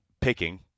picking